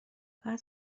باید